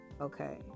Okay